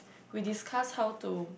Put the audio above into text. we discuss how to